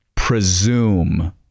presume